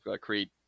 create